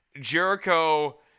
Jericho